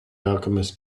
alchemist